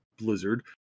Blizzard